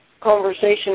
conversation